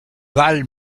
val